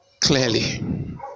clearly